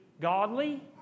godly